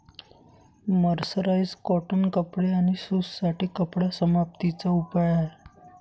mercerise cotton कपडे आणि सूत साठी कपडा समाप्ती चा उपाय आहे